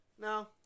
no